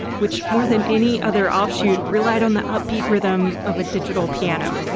which more than any other offshoot, relied on the upbeat rhythm of a digital piano.